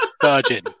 Virgin